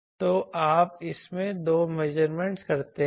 तो आप इसमें दो मेजरमेंटस करते हैं